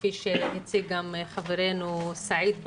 כפי שהציג גם חברנו סעיד בדרום,